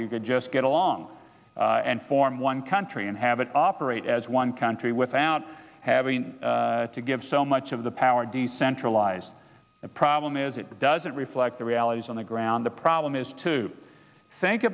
you could just get along and form one country and have it operate as one country without having to give so much of the power decentralised a problem is it doesn't reflect the realities on the ground the problem is to think